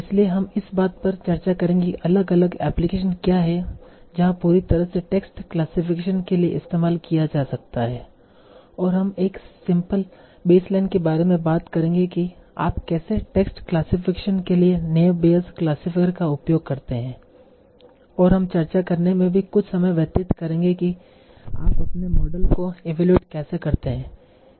इसलिए हम इस बात पर चर्चा करेंगे कि अलग अलग एप्लीकेशन क्या हैं जहा पूरी तरह से टेक्स्ट क्लासिफिकेशन के लिए इस्तेमाल किया जा सकता है और हम एक सिंपल बेसलाइन के बारे में बात करेंगे कि आप कैसे टेक्स्ट क्लासिफिकेशन के लिए नैव बेयस क्लासिफायर का उपयोग करते हैं और हम चर्चा करने में भी कुछ समय व्यतीत करेंगे की आप अपने मॉडल को इवेलुएट कैसे करते हैं